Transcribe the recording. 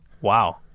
Wow